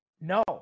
No